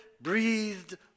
breathed